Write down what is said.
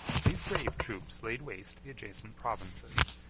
these brave troops laid waste the adjacent provinces,